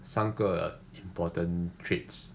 三个 important traits